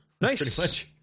Nice